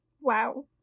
Wow